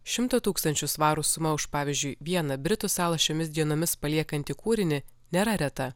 šimto tūkstančių svarų suma už pavyzdžiui vieną britų salą šiomis dienomis paliekantį kūrinį nėra reta